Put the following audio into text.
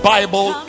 Bible